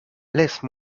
laisse